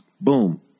boom